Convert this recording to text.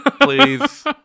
please